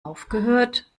aufgehört